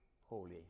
holy